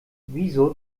wieso